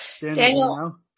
Daniel